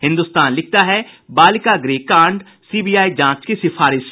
हिन्दुस्तान लिखता है बालिका गृह कांडः सीबीआई जांच की सिफारिश